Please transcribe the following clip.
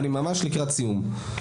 אני ממש לקראת סיום,